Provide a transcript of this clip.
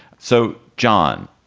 so, john,